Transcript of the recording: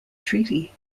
treaty